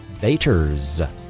Vaters